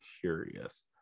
curious